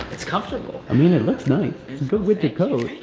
it's comfortable. i mean, it looks nice. it's a good winter coat.